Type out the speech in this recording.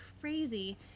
crazy